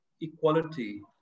equality